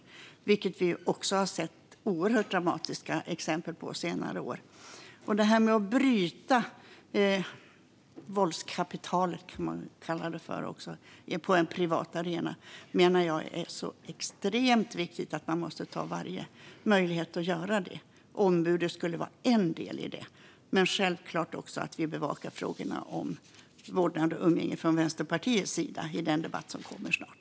Detta har vi under senare år sett oerhört dramatiska exempel på. Att bryta våldskapitalet på en privat arena är extremt viktigt. Man måste ta varje möjlighet att göra det. Ombud skulle var en del i det. Självklart kommer vi i Vänsterpartiet även att bevaka frågorna om vårdnad och umgänge i den debatt som kommer snart.